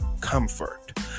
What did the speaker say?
comfort